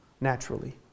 naturally